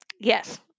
Yes